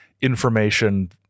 information